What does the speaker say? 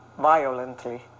violently